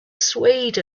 swayed